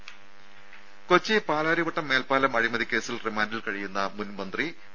രും കൊച്ചി പാലാരിവട്ടം മേൽപ്പാലം അഴിമതി കേസിൽ റിമാന്റിൽ കഴിയുന്ന മുൻ മന്ത്രി വി